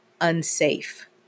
unsafe